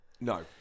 No